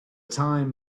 time